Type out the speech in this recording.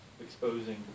exposing